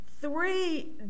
three